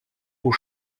aux